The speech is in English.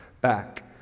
back